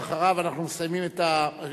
ואחריו, אנחנו מסיימים את הרשומים,